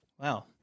Wow